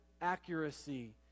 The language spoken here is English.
accuracy